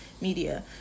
media